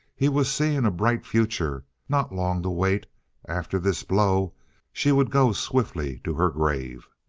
he was seeing a bright future. not long to wait after this blow she would go swiftly to her grave.